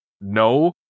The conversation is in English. no